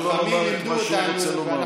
תנו לו לומר את מה שהוא רוצה לומר.